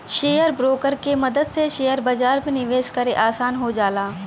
share broker के मदद से शेयर बाजार में निवेश करे आसान हो जाला